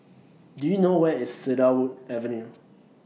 Do YOU know Where IS Cedarwood Avenue